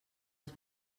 els